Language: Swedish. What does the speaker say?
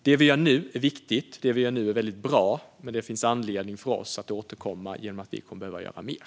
Det vi gör nu är viktigt och bra, men det finns anledning för oss att återkomma; vi kommer att behöva göra mer.